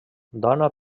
dona